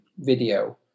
video